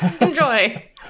enjoy